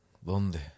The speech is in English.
dónde